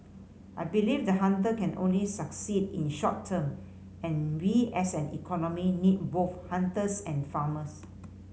I believe the hunter can only succeed in short term and we as an economy need both hunters and farmers